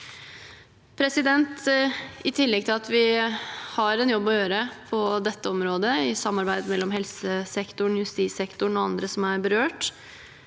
I tillegg til at vi har en jobb å gjøre på dette området, i samarbeid mellom helsesektoren, justissektoren og andre som er berørt